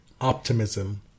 optimism